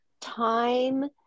Time